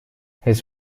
his